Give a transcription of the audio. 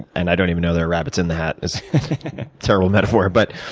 and i don't even know there are rabbits in the hat, it's a terrible metaphor, but